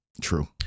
true